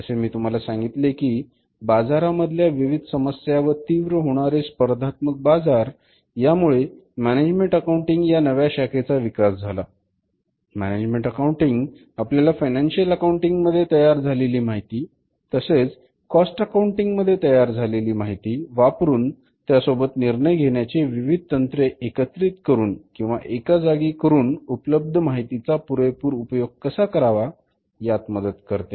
जसे मी तुम्हाला सांगितले की बाजारा मधल्या विविध समस्या व तीव्र होणारे स्पर्धात्मक बाजार यामुळे मॅनेजमेण्ट अकाऊण्टिंग या नव्या शाखेचा विकास झाला मॅनेजमेण्ट अकाऊण्टिंग आपल्याला फायनान्शिअल अकाउंटिंग मध्ये तयार झालेली माहिती तसेच कॉस्ट अकाऊंटिंग मध्ये तयार झालेली माहिती वापरून त्यासोबत निर्णय घेण्याचे विविध तंत्रे एकत्रित करून किंवा एका जागी करून उपलब्ध माहितीचा पुरेपूर उपयोग कसा करावा यात मदत करते